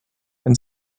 and